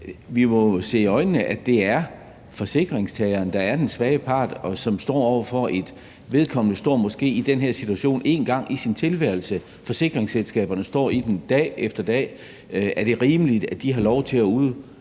vi må se i øjnene, at det er forsikringstageren, der er den svage part, og vedkommende står måske i den her situation en gang i sin tilværelse. Forsikringsselskaberne står i den dag efter dag. Spørgsmålet er, om det er rimeligt, at de har lov til at udfolde